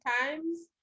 times